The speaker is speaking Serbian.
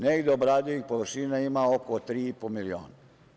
Negde obradivih površina ima oko 3,5 miliona.